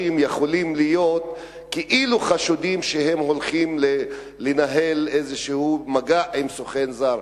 יכולים להיות כאילו חשודים שהם הולכים לנהל איזה מגע עם סוכן זר.